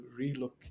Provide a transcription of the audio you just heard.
relook